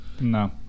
No